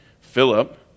Philip